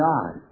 God